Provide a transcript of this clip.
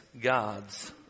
God's